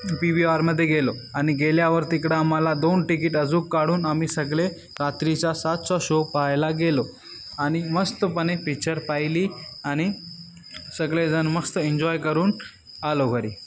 P V आरमध्ये गेलो आणि गेल्यावर तिकडं आम्हाला दोन टिकीट अजून काढून आम्ही सगळे रात्रीचा सातचा शो पाहायला गेलो आणि मस्तपणे पिच्चर पाहिली आणि सगळेजण मस्त एन्जॉय करून आलो घरी